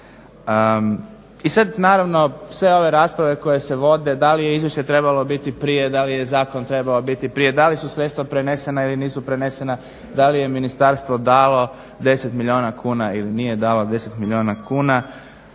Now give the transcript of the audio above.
I sad naravno, sve ove rasprave koje se vode, da li je izvješće trebalo prije, da li je zakon trebao biti prije, da li su sredstva prenesena ili nisu prenesena, da li je ministarstvo dalo 10 milijuna kuna ili nije dalo 10 milijuna kuna.